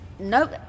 Nope